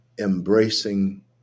embracing